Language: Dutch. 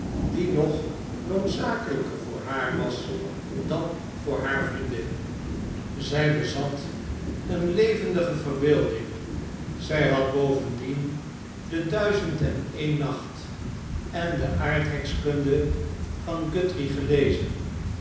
die nog noodzakelijker voor haar was dan voor haar vriendin zij bezat een levendige verbeelding zij had bovendien de duizend en een nacht en de aardrijkskunde van guthrie gelezen